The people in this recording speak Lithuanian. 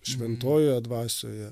šventojoje dvasioje